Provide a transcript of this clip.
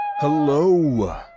Hello